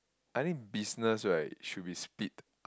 I think business right should be speed